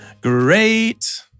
Great